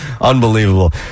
Unbelievable